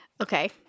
Okay